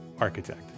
architect